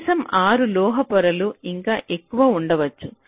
కనీసం 6 లోహ పొరలు ఇంకా ఎక్కువ ఉండవచ్చు